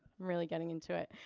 really getting into it,